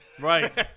Right